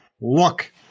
Look